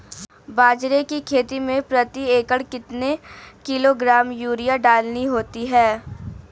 बाजरे की खेती में प्रति एकड़ कितने किलोग्राम यूरिया डालनी होती है?